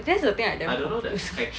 that's the thing I damn confused